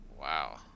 Wow